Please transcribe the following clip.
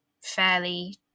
fairly